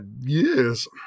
yes